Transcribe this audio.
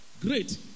Great